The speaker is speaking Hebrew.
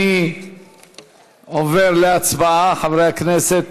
אני עובר להצבעה, חברי הכנסת.